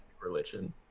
religion